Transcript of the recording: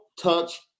touch